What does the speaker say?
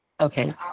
Okay